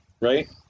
Right